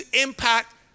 impact